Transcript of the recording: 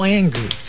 angry